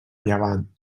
llevant